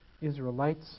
Israelites